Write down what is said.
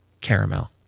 caramel